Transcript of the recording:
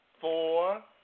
four